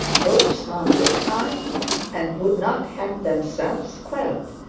hopes mounted high and would not have themselves quelled.